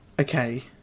Okay